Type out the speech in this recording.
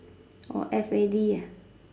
orh F A D ah